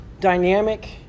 dynamic